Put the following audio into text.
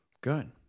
Good